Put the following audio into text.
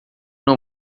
não